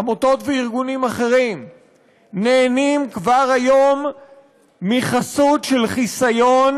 עמותות וארגונים אחרים נהנים כבר היום מחסות של חיסיון